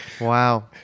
wow